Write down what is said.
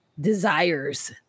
desires